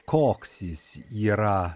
koks jis yra